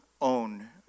own